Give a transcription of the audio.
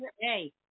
Hey